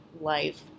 life